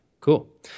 Cool